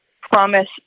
promise